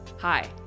Hi